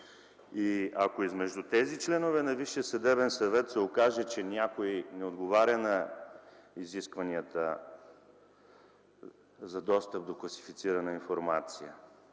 И ако измежду тези членове на Висшия съдебен съвет се окаже, че някой не отговаря на изискванията за достъп до класифицирана информация,